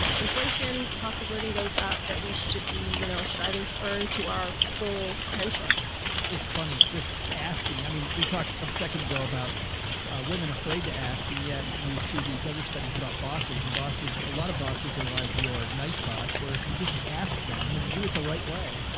inflation, cost of living goes up that we should be you know striving to earn to our full potential. joe it's funny just asking, i mean, we talked of second ago about a women afraid to ask, and yet you see these other studies about bosses and bosses. a lot of bosses are like your nice boss, where if you just ask them and you do it the right way,